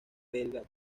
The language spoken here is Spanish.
belga